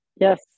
yes